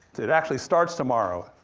it actually starts tomorrow.